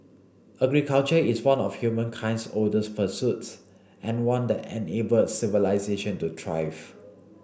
agriculture is one of humankind's oldest pursuits and one that enabled civilisation to thrive